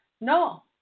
No